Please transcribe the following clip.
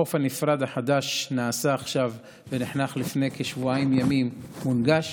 החוף הנפרד החדש שנעשה עכשיו ונחנך לפני כשבועיים ימים מונגש.